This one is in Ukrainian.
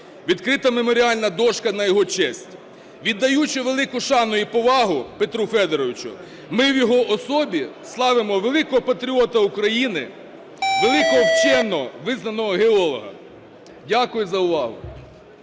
відкрита меморіальна дошка на його честь. Віддаючи велику шану і повагу Петру Федоровичу, ми в його особі славимо великого патріота України, великого вченого, визнаного геолога. Дякую за увагу.